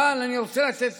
אבל אני רוצה לתת